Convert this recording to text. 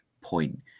point